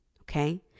okay